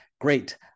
great